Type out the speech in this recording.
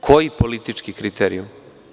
Koji politički kriterijum?